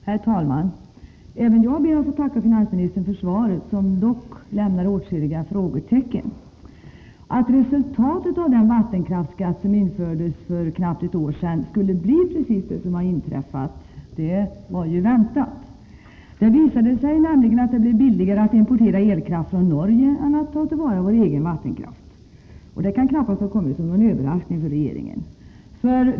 Herr talman! Även jag ber att få tacka finansministern för svaret. Det kvarstår dock åtskilliga frågetecken. Att resultatet av den vattenkraftsskatt som infördes för knappt ett år sedan skulle bli precis det som inträffat var väntat. Det har nämligen visat sig vara billigare att importera elkraft från Norge än att ta till vara vår egen vattenkraft. Detta kan knappast ha kommit som en överraskning för regeringen.